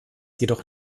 jedoch